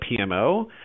PMO